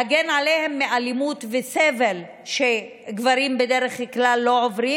להגן עליהן מאלימות וסבל שגברים בדרך כלל לא עוברים.